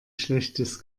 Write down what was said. schlechtes